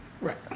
Right